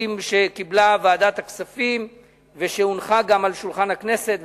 שקיבלה ועדת הכספים ושהונחה גם על שולחן הכנסת,